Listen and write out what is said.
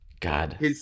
God